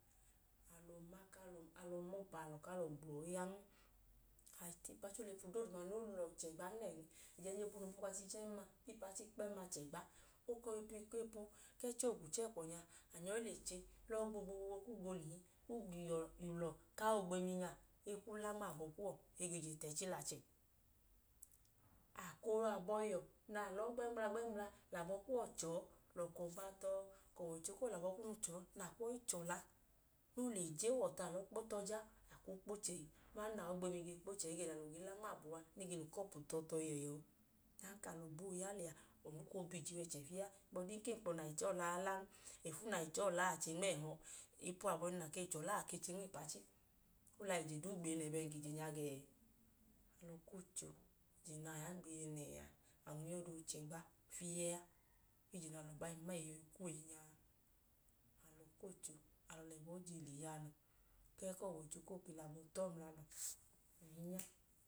Alọ ma ku lọ, alọ ma ọbu alọ ku alọ gblọọ yan. A le ta ipachi, o lẹ epu duuma noo ba ipachi noo chẹgban nẹn. Ẹjẹnji epu noo ba ipachi chẹn ma, ba ipachi kpẹẹm a, chẹgba. O koo wẹ iku kepu ku ẹchi ogwuchẹkwọ nya, a nyọi le che, lọọ gwo gwo gwo kwuu ga oolihi, kwuu ga ulọ ku aogbemi nya, e kwu la nma abọ kuwọ, e ge le tẹchi lẹ achẹ. A koo yọ abọhiyuwọ na lọọ gbẹngbla gbẹngbla lẹ abọ kuwọ che ọọ, lẹ ọkọ gba tọ, ka ọwọicho koo lẹ abọ kunu che ọọ, nẹ a kwu ọi chọla, noo le je. Ohuwọ ọtu, a kwu ọọ i kpo tu ọja, a kwu kpo che. Ma anu nẹ aogbemi ge kpo che ẹyi nẹ alọ ge la nma abọ uwa, nẹ e ge lẹ ukọpu tọ tọ i yẹ yọọ. Ọdanka alọ gboo ya liya, anu koo bi ije wẹchẹ fiyẹ a. Ohigbu ọdinka, enkpọ nẹ a bi che ọọ ọla a, a lan, ẹfu nẹ a che ọọ ọla a, a lan, a bi nma ẹhọ. Epu abọhinu na ke chọla a, a bi nma ipu achi. Oliya, ije duu gbiye nẹẹ bẹẹ ka ije nya a gẹẹ? Kocho, ije nẹ a ya gbiye nẹẹ a, anu chẹgba fiyẹ a, fiyẹ ije na alọ ba i ma eyi, kwu eyi nya a. Alọ kocho, lẹ ẹbọ je lẹ iyalọ, ku ọwọicho koo lẹ abọ tọọ lẹ alọ.